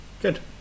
Good